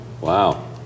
Wow